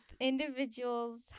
individuals